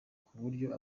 kuburyo